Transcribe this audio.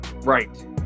Right